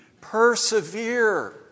persevere